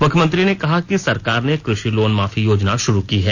मुख्यमंत्री ने कहा कि सरकार ने कृषि लोन माफी योजना शुरू की है